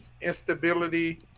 instability